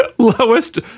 lowest